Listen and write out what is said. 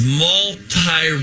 multi